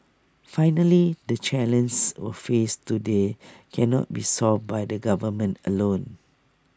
finally the challenges we face today cannot be solved by the government alone